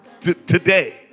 today